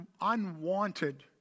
unwanted